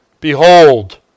Behold